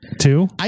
Two